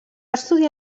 estudiar